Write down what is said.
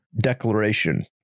declaration